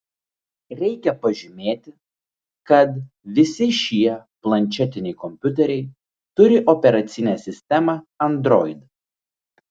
reikia pažymėti kad visi šie planšetiniai kompiuteriai turi operacinę sistemą android